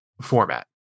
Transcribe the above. format